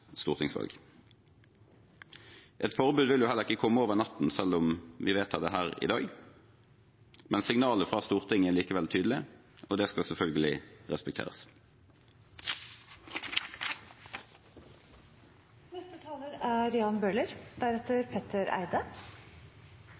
stortingsvalget. Et forbud vil heller ikke komme over natten, selv om vi vedtar dette her i dag. Signalet fra Stortinget er likevel tydelig, og det skal selvfølgelig respekteres. Det er